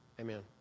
Amen